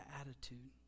attitude